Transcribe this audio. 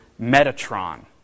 Metatron